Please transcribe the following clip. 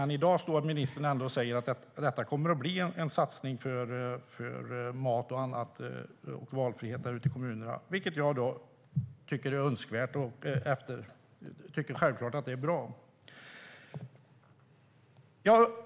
I dag står ministern ändå och säger att detta kommer att bli en satsning för mat och valfrihet och annat ute i kommunerna, vilket jag tycker är önskvärt och självklart bra.